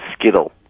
Skittle